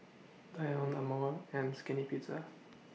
Danone Amore and Skinny Pizza